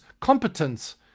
competence